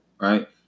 Right